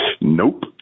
Nope